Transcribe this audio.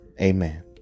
amen